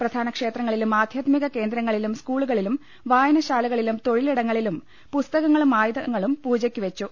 പ്രധാന ക്ഷേത്രങ്ങളിലും ആദ്ധ്യാത്മിക കേന്ദ്രങ്ങളിലും സ്കൂളുകളിലും വായനശാലകളിലും തൊഴിലിടങ്ങളിലും പുസ്തകങ്ങളും ആയുധങ്ങളും പൂജയ്ക്ക് വെച്ചു